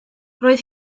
roedd